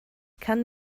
kann